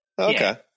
okay